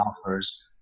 offers